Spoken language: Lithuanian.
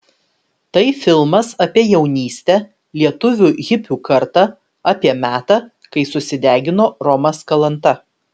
tai filmas apie jaunystę lietuvių hipių kartą apie metą kai susidegino romas kalanta